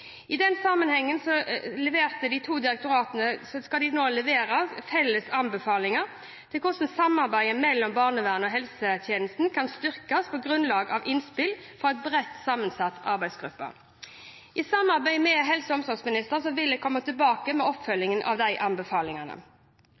I den sammenhengen skal de to direktoratene levere felles anbefalinger til hvordan samarbeidet mellom barnevernet og helsetjenesten kan styrkes, på grunnlag av innspill fra en bredt sammensatt arbeidsgruppe. I samarbeid med helse- og omsorgsministeren vil jeg komme tilbake